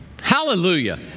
Hallelujah